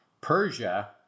Persia